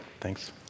thanks